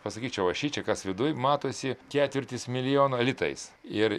pasakyčiau aš šičia kas viduj matosi ketvirtis milijono litais ir